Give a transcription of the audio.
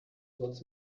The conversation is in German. sonst